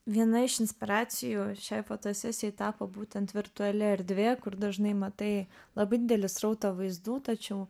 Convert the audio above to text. viena iš inspiracijų šioj fotosesijoj tapo būtent virtuali erdvė kur dažnai matai labai didelį srautą vaizdų tačiau